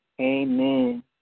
Amen